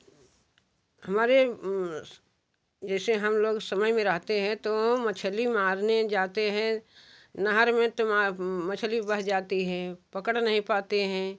हमारे जैसे हम लोग समय में रहते हैं तो मछली मारने जाते हैं नहर में तुम्हारा मछली बह जाती हैं पकड़ नहीं पाते हैं